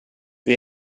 wie